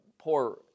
Poor